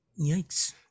Yikes